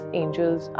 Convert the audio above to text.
angels